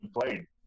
played